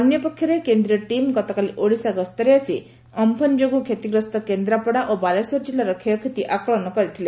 ଅନ୍ୟପକ୍ଷରେ କେନ୍ଦ୍ରୀୟ ଟିମ୍ ଗତକାଲି ଓଡ଼ିଶା ଗସ୍ତରେ ଆସି ଅମ୍ପନଯୋଗୁଁ କ୍ଷତିଗ୍ରସ୍ତ କେନ୍ଦ୍ରାପଡ଼ା ଓ ବାଲେଶ୍ୱର ଜିଲ୍ଲାର କ୍ଷୟକ୍ଷତି ଆକଳନ କରିଥିଲେ